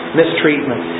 mistreatment